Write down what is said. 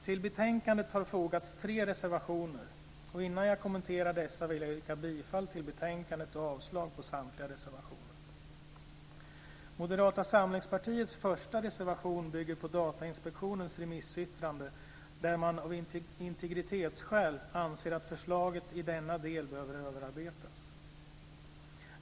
Till betänkandet har fogats tre reservationer. Innan jag kommenterar dessa vill jag yrka bifall till utskottets hemställan och avslag på samtliga reservationer. Moderata samlingspartiets första reservation bygger på Datainspektionens remissyttrande, där man av integritetsskäl anser att förslaget i denna del behöver ses över.